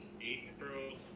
April